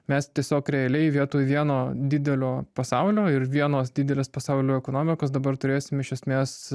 mes tiesiog realiai vietoj vieno didelio pasaulio ir vienos didelės pasaulio ekonomikos dabar turėsim iš esmės